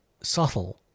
subtle